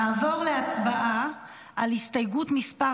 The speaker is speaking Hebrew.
נעבור להצבעה על הסתייגות מס'